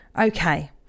okay